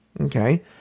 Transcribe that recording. Okay